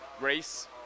race